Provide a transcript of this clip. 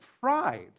pride